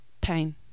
pain